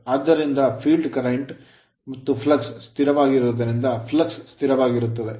ಆದ್ದರಿಂದ field ಕ್ಷೇತ್ರ current current ಮತ್ತು flux ಫ್ಲಕ್ಸ್ ಸ್ಥಿರವಾಗಿರುವುದರಿಂದ flux ಫ್ಲಕ್ಸ್ ಸ್ಥಿರವಾಗಿರುತ್ತದೆ